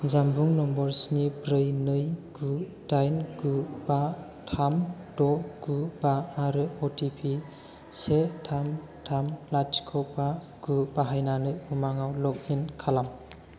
जानबुं नम्बर स्नि ब्रै नै गु दाइन गु बा थाम द' गु बा आरो अ टि पि से थाम थाम लाथिख' बा गु बाहायनानै उमांआव लग इन खालाम